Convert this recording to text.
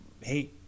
Hey